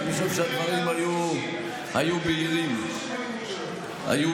אני חושב שהדברים היו בהירים וברורים.